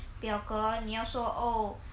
表格你要说 oh